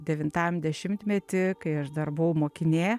devintam dešimtmety kai aš dar buvau mokinė